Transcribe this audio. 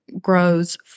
grows